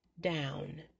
down